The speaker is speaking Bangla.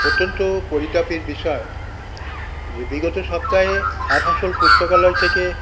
অত্যন্ত পরিতাপের বিষয় যে বিগত সপ্তাহে আসানসোল পুস্তকালয় থেকে